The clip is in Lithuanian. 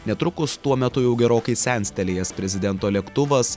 netrukus tuo metu jau gerokai senstelėjęs prezidento lėktuvas